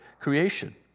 creation